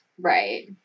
Right